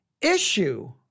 issue